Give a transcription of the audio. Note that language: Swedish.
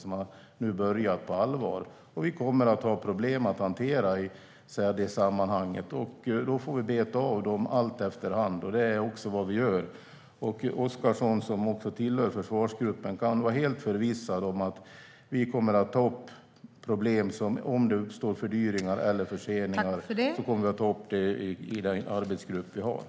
Den har nu börjat på allvar, och vi kommer att ha problem att hantera. Dem får vi beta av efter hand, och det gör vi också. Mikael Oscarsson, som ingår i försvarsgruppen, kan vara helt förvissad om att om det uppstår fördyringar eller förseningar kommer vi att ta upp det i arbetsgruppen.